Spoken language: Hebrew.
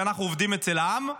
שאנחנו אצל העם,